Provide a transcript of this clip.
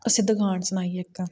असें दकान सनाई इक